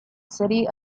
city